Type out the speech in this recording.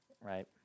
right